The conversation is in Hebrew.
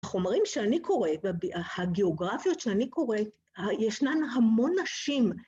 החומרים שאני קוראת והגיאוגרפיות שאני קוראת, ישנן המון נשים.